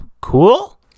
cool